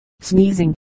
sneezing